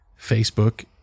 Facebook